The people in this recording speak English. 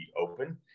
open